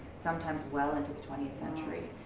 sometimes well into the twentieth century,